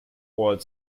all